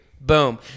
Boom